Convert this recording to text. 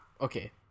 okay